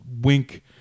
wink